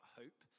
hope